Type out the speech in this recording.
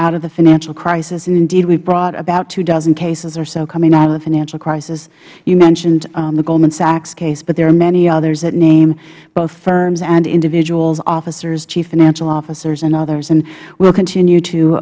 out of the financial crisis and indeed we brought about two dozen cases or so coming out of the financial crisis you mentioned the goldman sachs case but there are many others that name both firms and individuals officers chief financial officers and others and we'll continue to